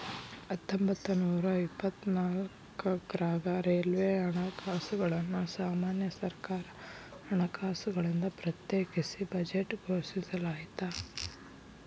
ಹತ್ತೊಂಬತ್ತನೂರ ಇಪ್ಪತ್ನಾಕ್ರಾಗ ರೈಲ್ವೆ ಹಣಕಾಸುಗಳನ್ನ ಸಾಮಾನ್ಯ ಸರ್ಕಾರ ಹಣಕಾಸುಗಳಿಂದ ಪ್ರತ್ಯೇಕಿಸಿ ಬಜೆಟ್ ಘೋಷಿಸಲಾಯ್ತ